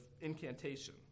incantation